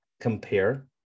Compare